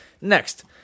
Next